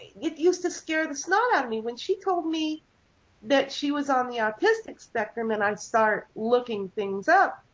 used to scare the snot out of me. when she told me that she was on the autistic spectrum and i start looking things up